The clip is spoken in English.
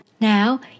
Now